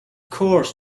course